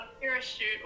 parachute